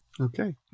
Okay